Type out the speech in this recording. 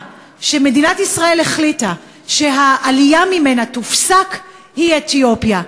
שמדינת ישראל החליטה שהעלייה ממנה תופסק היא אתיופיה,